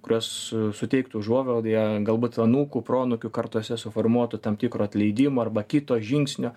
kurios suteiktų užuovėją galbūt anūkų proanūkių kartose suformuotų tam tikro atleidimo arba kito žingsnio